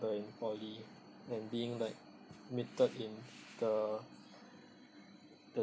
in poly then being like limited in the